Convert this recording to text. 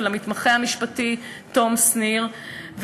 ולמתמחה המשפטי תום שניר,